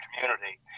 community